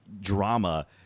drama